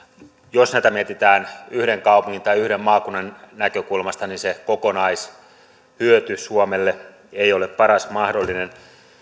jos näitä mietitään yhden kaupungin tai yhden maakunnan näkökulmasta niin se kokonaishyöty suomelle ei ole paras mahdollinen